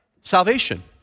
Salvation